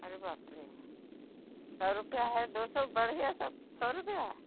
अरे बाप रे सौ रूपये है दो सौ बढ़ गया सब सौ रूपये है